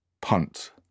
punt